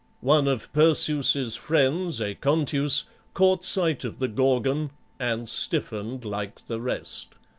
one of perseus's friends, aconteus, caught sight of the gorgon and stiffened like the rest.